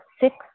Six